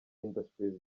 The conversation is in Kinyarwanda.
industries